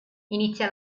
inizia